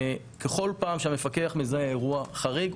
בכל פעם כאשר המפקח מזהה אירוע חריג,